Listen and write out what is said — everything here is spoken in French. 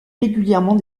régulièrement